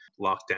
lockdown